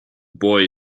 boy